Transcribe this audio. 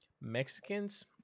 Mexicans